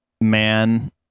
man